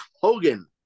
Hogan